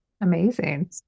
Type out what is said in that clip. Amazing